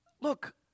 Look